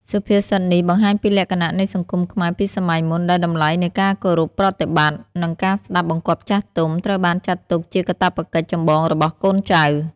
សុភាសិតនេះបង្ហាញពីលក្ខណៈនៃសង្គមខ្មែរពីសម័យមុន ដែលតម្លៃនៃការគោរពប្រតិបត្តិ និងការស្តាប់បង្គាប់ចាស់ទុំ ត្រូវបានចាត់ទុកជាកាតព្វកិច្ចចម្បងរបស់កូនចៅ។